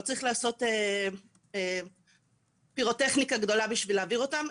לא צריך לעשות פירוטכניקה גדולה בשביל להעביר אותם,